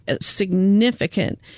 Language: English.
significant